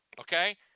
okay